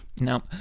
No